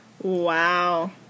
wow